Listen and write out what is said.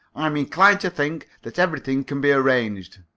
i'm inclined to think that everything can be arranged.